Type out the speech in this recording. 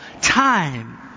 time